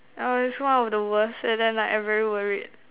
ah it's one of the worst and then like I very worried